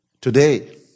today